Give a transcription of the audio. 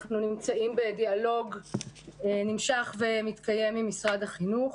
אנחנו נמצאים בדיאלוג נמשך ומתקיים עם משרד החינוך,